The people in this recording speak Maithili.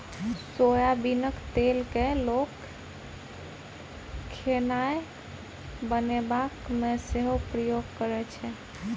सोयाबीनक तेल केँ लोक खेनाए बनेबाक मे सेहो प्रयोग करै छै